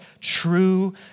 true